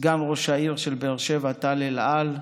סגן ראש העיר של באר שבע טל אל על,